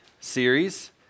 series